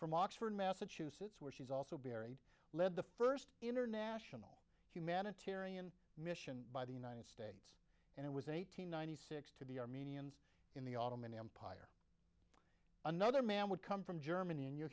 from oxford massachusetts where she's also buried lead the first international humanitarian mission by the united states and it was eight hundred ninety six to the armenians in the ottoman empire another man would come from germany and you